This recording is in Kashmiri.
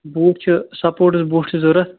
بوٗٹھ چھِ سَپورٹٕس بوٗٹھ چھِ ضروٗرت